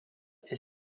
est